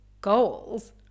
goals